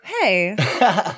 Hey